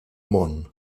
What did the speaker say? món